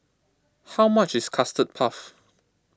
how much is Custard Puff